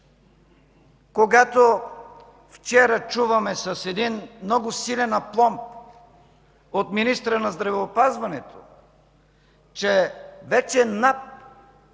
Когато вчера чуваме с един много силен апломб от министъра на здравеопазването, че вече НАП